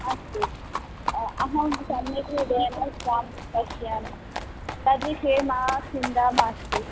अस्तु अहं सम्यक् रूपेण स्वास्थ्यं पश्यामि तद्विषये मा चिन्ता मास्तु